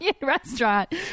restaurant